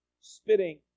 Spitting